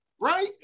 right